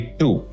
two